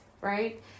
right